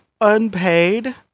unpaid